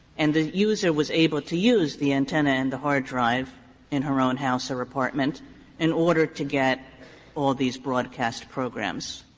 and the user was able to use the antenna and the hard drive in her own house or apartment in order to get all these broadcast programs.